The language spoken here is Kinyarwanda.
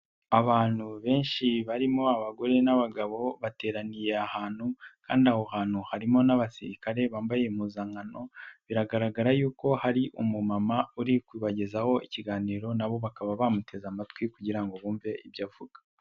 Abantu benshi barimo abagore n'abagabo bateraniye ahantu kandi aho hantu harimo n'abasirikare bambaye impuzankano, biragaragara yuko hari umumama uri kubagezaho ikiganiro na bo bakaba bamuteze amatwi kugira ngo bumve ibyo avuga.